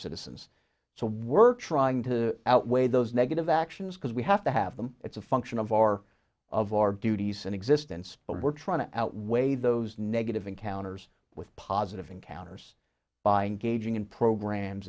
citizens to work trying to outweigh those negative actions because we have to have them it's a function of our of our duties and existence but we're trying to outweigh those negative encounters with positive encounters buying gaging in programs